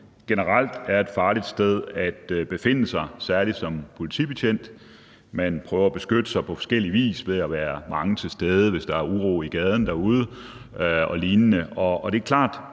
generelt er et farligt sted at befinde sig, særlig som politibetjent. Man prøver at beskytte sig på forskellig vis ved at være mange til stede, hvis der er uro i gaden derude, og lignende,